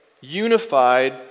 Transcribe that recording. unified